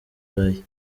burayi